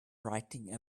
writing